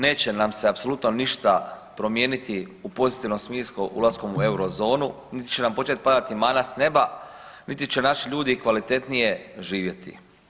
Naime, neće nam se apsolutno ništa promijeniti u pozitivnom smislu ulaskom u Eurozonu niti će nam početi pada mana s neba niti će naši ljudi kvalitetnije živjeti.